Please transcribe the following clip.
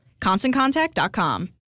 ConstantContact.com